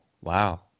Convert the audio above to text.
wow